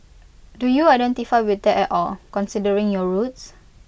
do you identify with that at all considering your roots